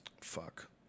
fuck